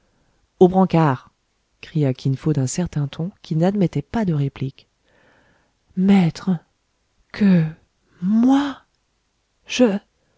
aux brancards cria kin fo d'un certain ton qui n'admettait pas de réplique maître que moi je